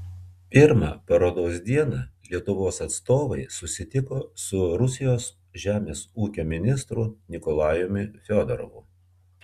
pirmą parodos dieną lietuvos atstovai susitiko su rusijos žemės ūkio ministru nikolajumi fiodorovu